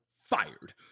fired